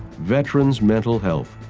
veterans' mental health.